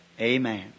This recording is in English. amen